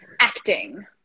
Acting